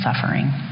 suffering